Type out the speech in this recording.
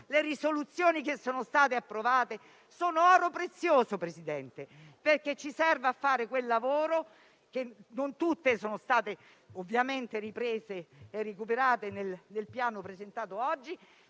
Le risoluzioni che sono state approvate sono oro prezioso, perché ci servono proprio per fare questo lavoro. Non tutte sono state ovviamente riprese e recuperate nel Piano presentato oggi,